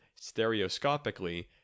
stereoscopically